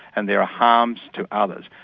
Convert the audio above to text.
and there are harms to others.